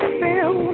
feel